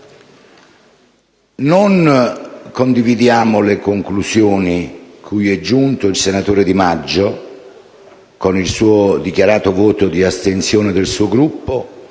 non condividiamo le conclusioni cui è giunto il senatore Di Maggio, che ha dichiarato il voto di astensione del suo Gruppo,